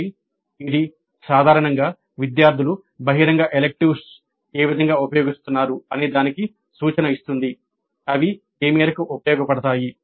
కాబట్టి ఇది సాధారణంగా విద్యార్థులు బహిరంగ ఎలిక్టివ్స్ ఏ విధంగా ఉపయోగిస్తున్నారు అనేదానికి సూచన ఇస్తుంది అవి ఏ మేరకు ఉపయోగపడతాయి